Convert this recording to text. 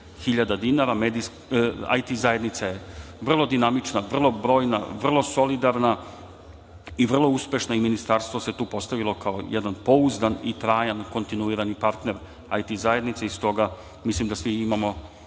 hiljada dinara. Zajednica IT je vrlo dinamična, vrlo brojna, vrlo solidarna i vrlo uspešna i ministarstvo se tu postavilo kao jedan pouzdan i trajan kontinuirani partner IT zajednici. Stoga, mislim da svi imamo